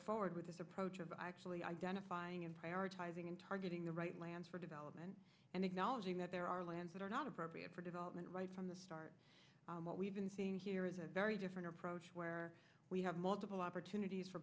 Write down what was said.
forward with this approach of actually identifying and prioritizing and targeting the right plans for development and acknowledging that there are lands that are not appropriate for development right from the start what we've been seeing here is a very different approach where we have multiple opportunities for